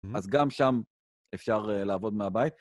אז גם שם אפשר לעבוד מהבית.